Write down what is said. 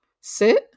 Sit